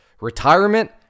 Retirement